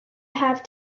have